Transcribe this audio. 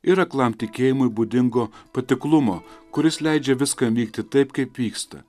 ir aklam tikėjimui būdingo patiklumo kuris leidžia viskam vykti taip kaip vyksta